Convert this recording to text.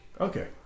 Okay